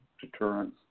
deterrence